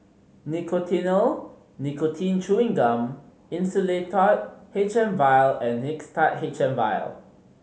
Nicotinell Nicotine Chewing Gum Insulatard H M Vial and Mixtard H M Vial